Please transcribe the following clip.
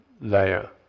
layer